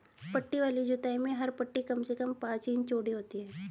पट्टी वाली जुताई में हर पट्टी कम से कम पांच इंच चौड़ी होती है